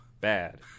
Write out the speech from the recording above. bad